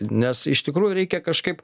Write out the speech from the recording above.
nes iš tikrųjų reikia kažkaip